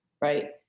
right